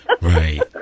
Right